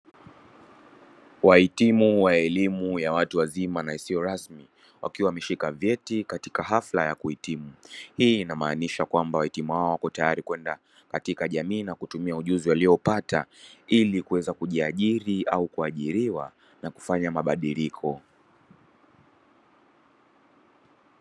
Wahitimu wa elimu ya watu wazima na isiyo rasmi wakiwa wameshika vyeti katika hafla ya kuhitimu, hii inamaanisha kwamba wahitimu hawa wako tayari kwenda katika jamii na kutumia ujuzi waliyopata ili kuweza kujiajiri au kuajiriwa na kufanya mabadiliko.